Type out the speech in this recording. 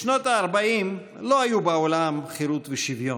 בשנות הארבעים לא היו בעולם חירות ושוויון.